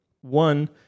one